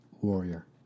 warrior